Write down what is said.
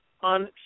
on